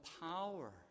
power